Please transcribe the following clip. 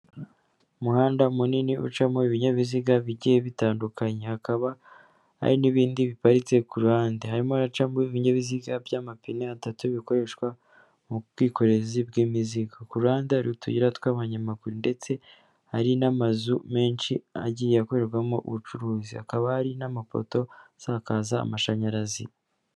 Umuhanda munini ucamo ibinyabiziga bigiye bitandukanye hakaba hari n'ibindi biparitse ku ruhande harimo unacamo ibinyabiziga by'amapine atatu bikoreshwa mu bw'ikorezi bw'imizigo ku ruhande hari utuyira tw'abanyamaguru ndetse hari n'amazu menshi agiye akorerwamo ubucuruzi akaba hari n'amapoto asakaza amashanyarazi.